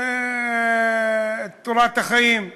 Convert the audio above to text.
זו תורת החיים.